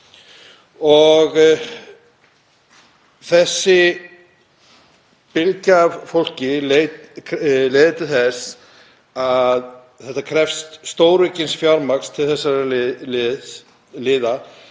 Þessi bylgja af fólki leiðir til þess að þetta krefst stóraukins fjármagns til þessara liða,